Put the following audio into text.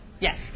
Yes